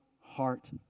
heart